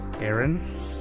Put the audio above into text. aaron